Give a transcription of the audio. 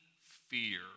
fear